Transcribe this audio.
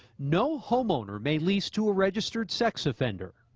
no homeowner may lease to a registered sex offender.